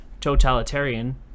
Totalitarian